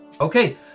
Okay